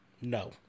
No